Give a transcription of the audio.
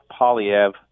Polyev